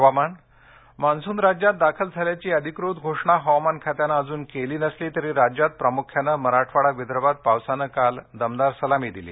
हवामान मान्सून राज्यात दाखल झाल्याची अधिकृत घोषणा हवामान खात्यानं अजून केली नसली तरी राज्यात प्रामुख्यानं मराठवाडा विदर्भात पावसानं काल दमदार सलामी दिली